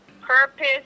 purpose